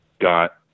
got